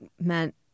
meant